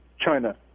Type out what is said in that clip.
China